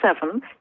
seven